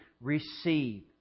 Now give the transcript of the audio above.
receive